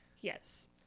Yes